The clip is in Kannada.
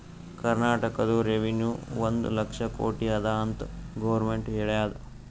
ಕರ್ನಾಟಕದು ರೆವೆನ್ಯೂ ಒಂದ್ ಲಕ್ಷ ಕೋಟಿ ಅದ ಅಂತ್ ಗೊರ್ಮೆಂಟ್ ಹೇಳ್ಯಾದ್